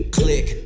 click